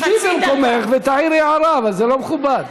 שבי במקומך ותעירי הערה, אבל זה לא מכובד.